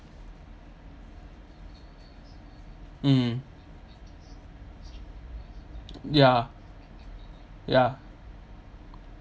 mm ya ya